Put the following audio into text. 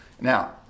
Now